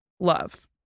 love